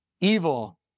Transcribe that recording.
Evil